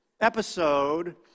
episode